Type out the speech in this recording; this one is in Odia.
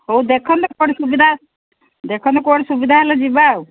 ହଉ ଦେଖନ୍ତୁ କ'ଣ ସୁବିଧା ଦେଖନ୍ତୁ କ'ଣ ସୁବିଧା ହେଲେ ଯିବା ଆଉ